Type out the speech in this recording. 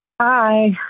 Hi